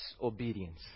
obedience